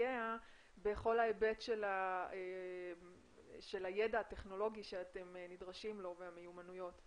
בהיבט של הידע הטכנולוגי שאתם נדרשים לו והמיומנויות?